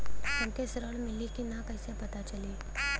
हमके ऋण मिली कि ना कैसे पता चली?